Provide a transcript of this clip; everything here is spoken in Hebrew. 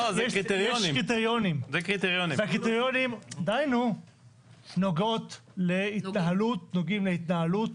יש קריטריונים, והם נוגעים להתנהלות,